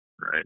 Right